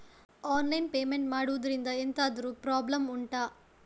online payment ಮಾಡುದ್ರಿಂದ ಎಂತಾದ್ರೂ problem ಉಂಟಾ